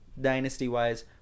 dynasty-wise